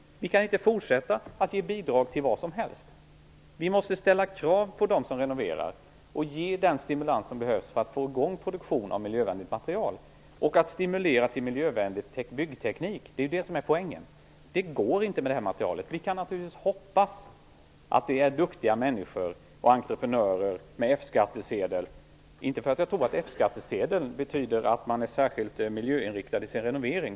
Vi kan inte fortsätta att ge bidrag till vad som helst. Vi måste ställa krav på dem som renoverar och ge den stimulans som behövs så att man får i gång produktion av miljövänligt material och en miljövänlig byggteknik. Det är poängen. Det går inte med det här materialet. Vi kan naturligtvis hoppas att det handlar om duktiga människor och entreprenörer som har F skattsedel. Jag tror inte att F-skattsedeln betyder att man gör särskilt miljöinriktade renoveringar.